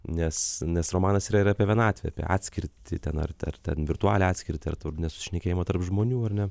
nes nes romanas yra ir apie vienatvę apie atskirtį ten ar ten virtualią atskirti ar nesusišnekėjimo tarp žmonių ar ne